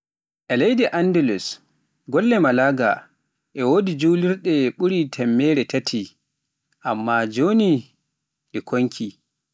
E leydi Andulus golle Malaga e wodi julirɗe ɓuri temmere tati, amma joni ɗe konki.